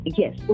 ..yes